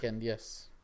Yes